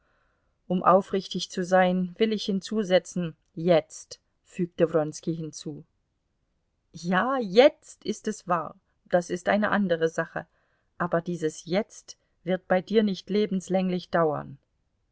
um aufrichtig zu sein will ich hinzusetzen jetzt fügte wronski hinzu ja jetzt ist es wahr das ist eine andere sache aber dieses jetzt wird bei dir nicht lebenslänglich dauern